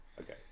Okay